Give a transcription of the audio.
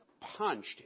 punched